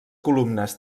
columnes